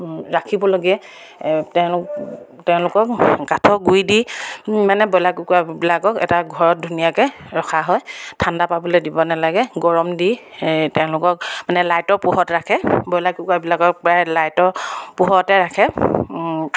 ৰাখিবলগীয়া তেওঁলোক তেওঁলোকক কাঠৰ গুড়ি দি মানে ব্ৰইলাৰ কুকুৰাবিলাকক এটা ঘৰত ধুনীয়াকৈ ৰখা হয় ঠাণ্ডা পাবলৈ দিব নালাগে গৰম দি তেওঁলোকক মানে লাইটৰ পোহৰত ৰাখে ব্ৰইলাৰ কুকুৰাবিলাকক প্ৰায় লাইটৰ পোহৰতে ৰাখে